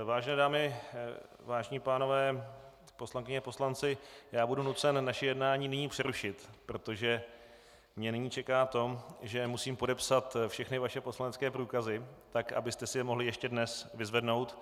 Vážené dámy, vážení pánové, poslankyně, poslanci, budu nyní nucen naše jednání přerušit, protože mě čeká to, že musím podepsat všechny vaše poslanecké průkazy, tak abyste si je mohli ještě dnes vyzvednout.